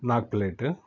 ನಾಲ್ಕು ಪ್ಲೇಟ